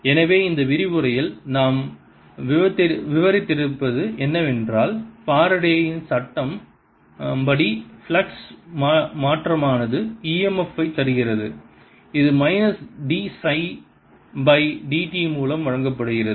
எனவே இந்த விரிவுரையில் நாம் விவரித்திருப்பது என்னவென்றால் ஃபாரடேயின் சட்டத்தின் படி பிளக்ஸ் மாற்றமானது e m f ஐ தருகிறது இது minus d psi by dt மூலம் வழங்கப்படுகிறது